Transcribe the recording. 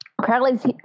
Crowley's